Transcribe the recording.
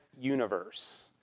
Universe